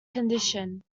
condition